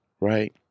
right